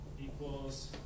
equals